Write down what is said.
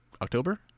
October